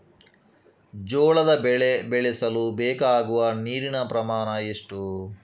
ಜೋಳದ ಬೆಳೆ ಬೆಳೆಸಲು ಬೇಕಾಗುವ ನೀರಿನ ಪ್ರಮಾಣ ಎಷ್ಟು?